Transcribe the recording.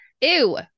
Ew